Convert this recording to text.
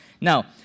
Now